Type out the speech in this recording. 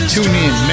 TuneIn